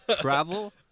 Travel